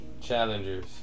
Challengers